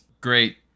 great